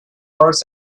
hours